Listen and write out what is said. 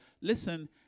Listen